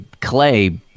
clay